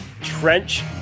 Trench